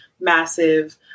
massive